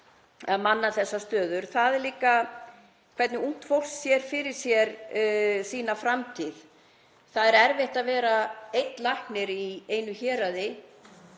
eða manna þessar stöður og það er líka hvernig ungt fólk sér fyrir sér sína framtíð. Það er erfitt að vera einn læknir í einu héraði